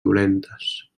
dolentes